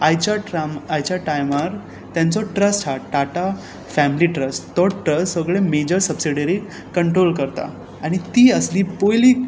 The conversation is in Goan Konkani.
आयच्या ट्राम आयच्या टायमार तांचो ट्रस आसा टाटा फॅमिली ट्रस तो ट्रस सगळे मेजर सब्सिडरी कंट्रोल करता आनी ती आसली पयली